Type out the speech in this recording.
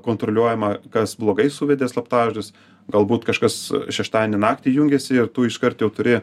kontroliuojama kas blogai suvedė slaptažodžius galbūt kažkas šeštadienio naktį jungiasi ir tu iškart jau turi